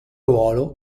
ruolo